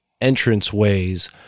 entranceways